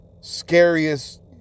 scariest